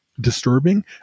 disturbing